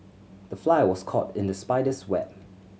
the fly was caught in the spider's web